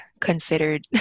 considered